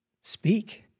Speak